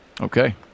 Okay